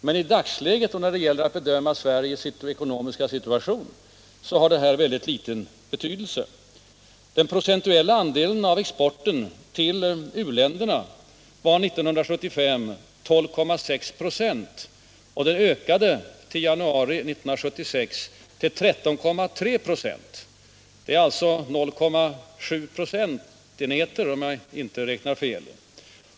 Men i dagsläget och när det gäller att bedöma Sveriges ekonomiska situation har detta mycket liten betydelse. enheter, om jag inte räknar fel.